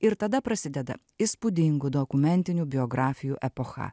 ir tada prasideda įspūdingų dokumentinių biografijų epocha